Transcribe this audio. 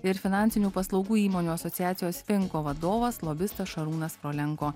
ir finansinių paslaugų įmonių asociacijos finko vadovas lobistas šarūnas frolenko